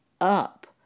up